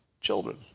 children